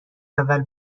اول